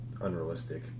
unrealistic